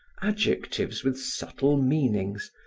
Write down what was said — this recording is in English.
adjectives with subtle meanings,